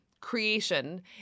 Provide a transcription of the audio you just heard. creation